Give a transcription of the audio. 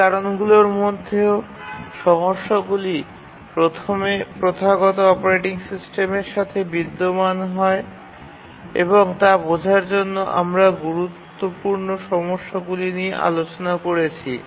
সেই কারণগুলির মধ্যেও সমস্যাগুলি প্রথমে প্রথাগত অপারেটিং সিস্টেমের সাথে বিদ্যমান হয় এবং তা বোঝার জন্য আমরা গুরুত্বপূর্ণ সমস্যাগুলি নিয়ে আলোচনা করেছি